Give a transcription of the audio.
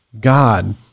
God